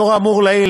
לאור האמור לעיל,